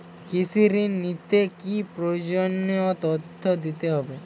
কৃষি ঋণ নিতে কি কি প্রয়োজনীয় তথ্য দিতে হবে?